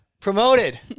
promoted